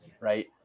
right